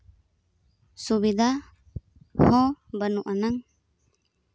ᱥᱩᱵᱤᱫᱷᱟ ᱦᱚᱸ ᱵᱟᱹᱱᱩᱜ ᱟᱱᱟᱝ